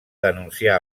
denunciar